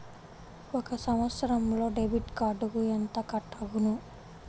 ఒక సంవత్సరంలో డెబిట్ కార్డుకు ఎంత కట్ అగును?